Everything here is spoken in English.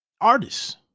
artists